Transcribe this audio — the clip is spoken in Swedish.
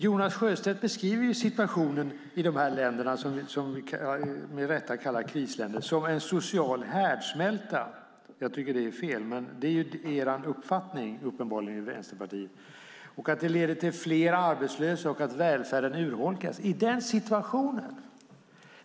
Jonas Sjöstedt beskriver situationen i de länder som man med rätta kallar krisländer, som en social härdsmälta som leder till fler arbetslösa och till att välfärden urholkas. Jag tycker att det är fel, men det är uppenbarligen uppfattningen i Vänsterpartiet.